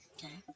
Okay